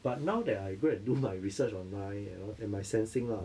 but now that I go and do my research on my you know and my sensing lah